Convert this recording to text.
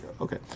Okay